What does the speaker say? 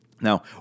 Now